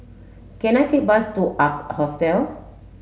can I take bus to Ark Hostel